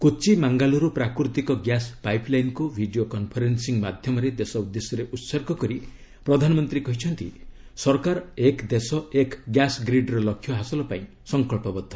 କୋଚି ମାଙ୍ଗାଲୁରୁ ପ୍ରାକୃତିକ ଗ୍ୟାସ୍ ପାଇପ୍ଲାଇନ୍କୁ video conferencing ମାଧ୍ୟମରେ ଦେଶ ଉଦ୍ଦେଶ୍ୟରେ ଉତ୍ସର୍ଗ କରି ପ୍ରଧାନମନ୍ତ୍ରୀ କହିଛନ୍ତି ସରକାର 'ଏକ୍ ଦେଶ ଏକ୍ ଗ୍ୟାସ୍ ଗ୍ରୀଡ୍'ର ଲକ୍ଷ୍ୟ ହାସଲ ପାଇଁ ସଂକଳ୍ପବଦ୍ଧ